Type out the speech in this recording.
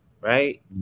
Right